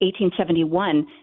1871